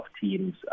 Teams